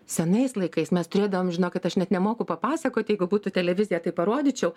senais laikais mes turėdavom žinokit aš net nemoku papasakot jeigu būtų televizija tai parodyčiau